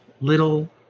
little